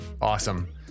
awesome